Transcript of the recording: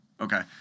Okay